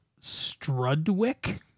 Strudwick